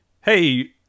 Hey